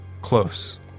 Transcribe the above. close